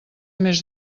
més